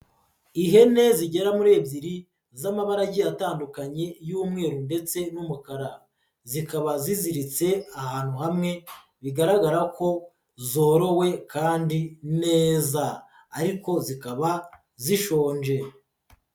Ihene zigera muri ebyiri z'amabarage agiye atandukanye y'umweru ndetse n'umukara zikaba ziziritse ahantu hamwe bigaragara ko zorowe kandi neza ariko zikaba zishonje.